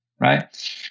Right